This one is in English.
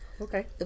Okay